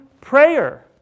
prayer